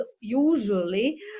usually